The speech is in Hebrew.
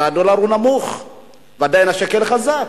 הרי הדולר הוא נמוך ועדיין השקל חזק.